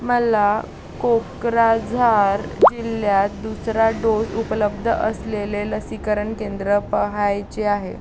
मला कोक्राझार जिल्ह्यात दुसरा डोस उपलब्ध असलेले लसीकरण केंद्र पाहायचे आहे